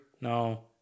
no